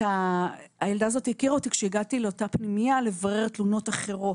הילדה הזאת הכירה אותי כשהגעתי לאותה פנייה לברר תלונות אחרות.